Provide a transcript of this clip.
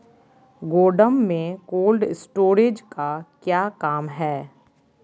गोडम में cold storage का क्या काम है?